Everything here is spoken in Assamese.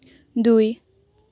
দুই